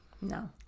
No